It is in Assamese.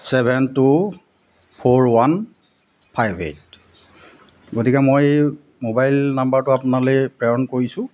seven two four one five eight গতিকে মই এই মোবাইল নাম্বাৰটো আপোনালৈ প্ৰেৰণ কৰিছোঁ